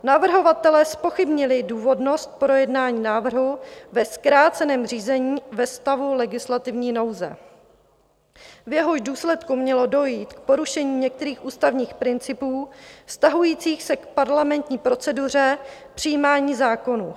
Navrhovatelé zpochybnili důvodnost projednání návrhu ve zkráceném řízení ve stavu legislativní nouze, v jehož důsledku mělo dojít k porušení některých ústavních principů vztahujících se k parlamentní proceduře přijímání zákonů.